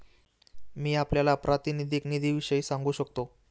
मी आपल्याला प्रातिनिधिक निधीविषयी सांगू शकतो